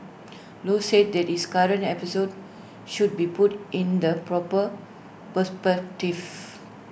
low said that this current episode should be put in the proper perspective